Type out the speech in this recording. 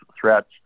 threats